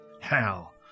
Hell